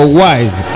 wise